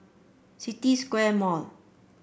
City Square Mall